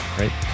right